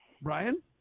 Brian